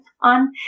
on